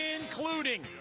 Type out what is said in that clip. including